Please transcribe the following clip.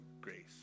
grace